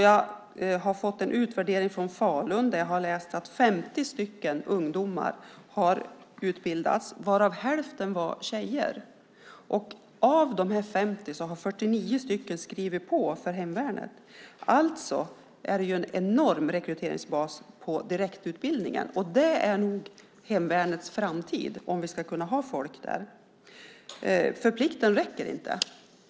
Jag har fått en utvärdering från Falun där jag har läst att 50 ungdomar har utbildats, varav hälften var tjejer. Av dessa 50 har 49 skrivit på för hemvärnet. Alltså är det en enorm rekryteringsbas för direktutbildningen. Den är hemvärnets framtid om vi ska kunna ha folk där, för plikten räcker inte.